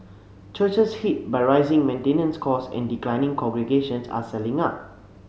churches hit by rising maintenance cost and declining congregations are selling up